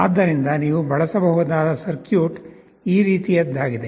ಆದ್ದರಿಂದ ನೀವು ಬಳಸಬಹುದಾದ ಸರ್ಕ್ಯೂಟ್ ಈ ರೀತಿಯದ್ದಾಗಿದೆ